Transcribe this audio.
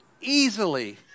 easily